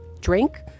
drink